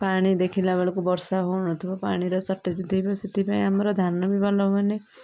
ପାଣି ଦେଖିଲା ବେଳକୁ ବର୍ଷା ହଉନଥିବ ପାଣିର ସଟେଜ ଥିବ ସେଥିପାଇଁ ଆମର ଧାନ ବି ଭଲ ହୁଏନି